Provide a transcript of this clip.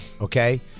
Okay